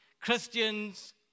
Christians